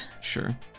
Sure